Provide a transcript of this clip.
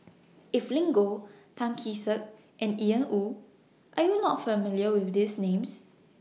Evelyn Goh Tan Kee Sek and Ian Woo Are YOU not familiar with These Names